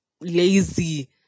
lazy